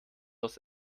aus